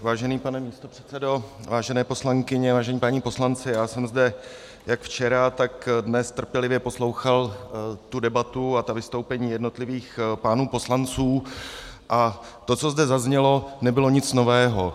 Vážený pane místopředsedo, vážené poslankyně, vážení páni poslanci, já jsem zde jak včera, tak dnes trpělivě poslouchal debatu a vystoupení jednotlivých pánů poslanců a to, co zde zaznělo, nebylo nic nového.